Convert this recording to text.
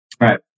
Right